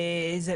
אלימות.